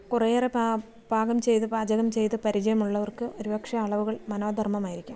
കുറെ ഏറെ പാ പാകം ചെയ്ത് പാചകം ചെയ്ത് പരിചയമുള്ളവർക്ക് ഒരുപക്ഷേ അളവുകൾ മനോധർമ്മമായിരിക്കാം